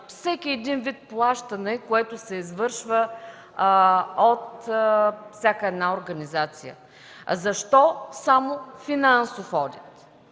всеки вид плащане, което се извършва от всяка организация? Защо само финансов одит?